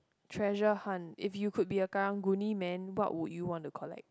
treasure hunt if you could be a Karang-Guni man what would you want to collect